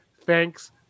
Thanks